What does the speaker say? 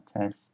test